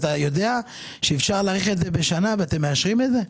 אתה יודע שאפשר להאריך את זה בשנה ואתם מאשרים את זה?